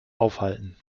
aufhalten